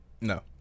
No